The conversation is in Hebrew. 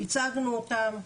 הצגנו אותן.